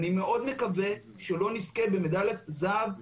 אני מאוד מקווה שלא נזכה במדליית זהב בהתעלמות,